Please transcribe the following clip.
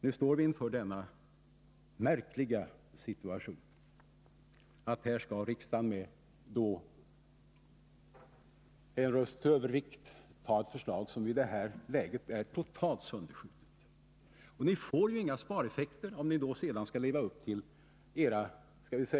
Nu står vi inför denna märkliga situation, att riksdagen med en rösts övervikt skall anta ett förslag som i det här läget är totalt sönderskjutet.